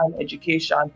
education